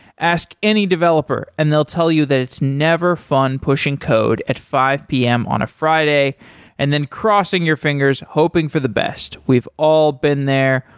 ask any developer and they'll tell you that it's never fun pushing code at five p m. on a friday and then crossing your fingers hoping for the best. we've all been there.